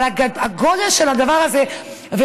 אבל הגודל של הדבר הזה, כמה את שטחית.